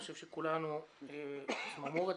אני חושב שכולנו צמרמורת.